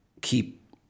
keep